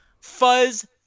fuzz